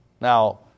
Now